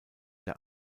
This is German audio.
der